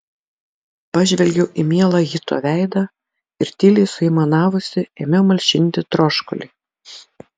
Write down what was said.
pažvelgiau į mielą hito veidą ir tyliai suaimanavusi ėmiau malšinti troškulį